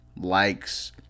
Likes